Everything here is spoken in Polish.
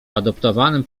adoptowanym